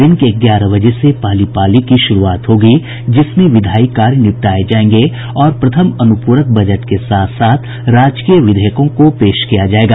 दिन के ग्यारह बजे से पहली पाली की श्रूआत होगी जिसमें विधायी कार्य निपटाये जायेंग और प्रथम अनुप्रक बजट के साथ साथ राजकीय विधेयकों को पेश किया जायेगा